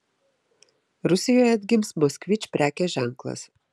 rusijoje atgims moskvič prekės ženklas